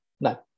No